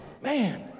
Man